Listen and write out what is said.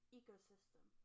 ecosystem